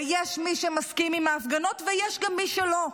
ויש מי שמסכים עם ההפגנות ויש גם מי שלא.